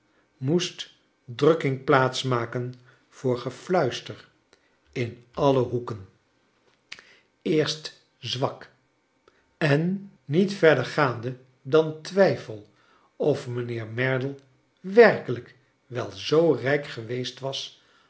moest drukking plaats maken voor gefluister in alle hoeken eerst zwak en niet verder gaande dan twijfel of mijnheer merdle werkelijk wel zoo rijk geweest was